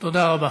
תודה רבה,